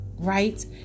Right